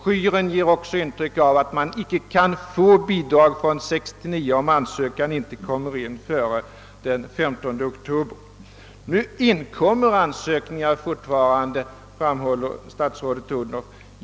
Broschyren ger dock intrycket att man icke kan få bidrag för 1969, om ansökan inte kommer in före den 15 oktober i år. Nu inkommer ansökningar fortfarande, framhåller statsrådet Odhnoff.